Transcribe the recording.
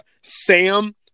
Sam